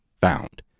found